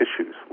issues